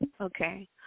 Okay